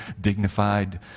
dignified